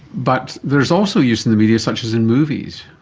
but there is also use in the media, such as in movies.